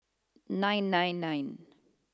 nine nine nine